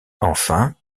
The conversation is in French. enfin